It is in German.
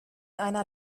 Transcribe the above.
einer